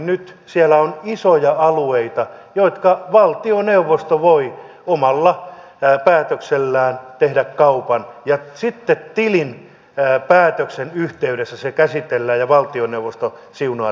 nyt siellä on isoja alueita joista valtioneuvosto voi omalla päätöksellään tehdä kaupan ja sitten tilinpäätöksen yhteydessä se käsitellään ja valtioneuvosto siunaa tämän menettelyn